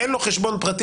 אין לו חשבון פרטי,